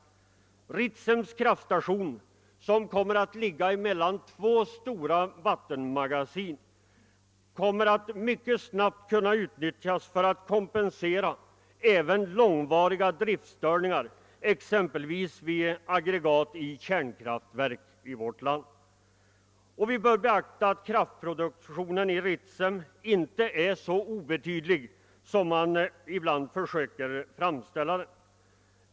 Pa Ritsems kraftstation, som kommer att ligga mellan två stora vattenmagasin, kan mycket snabbi utnyttjas för att kompensera även långvariga driftstörningar, exempelvis vid aggregat i kärnkraftverk i vårt land. Och vi bör beakta att kraftproduktionen i Ritsem inte är så obetydlig som man ibland försöker framställa den.